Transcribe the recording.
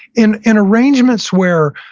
in in arrangements where,